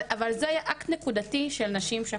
אבל זה אקט נקודתי של נשים...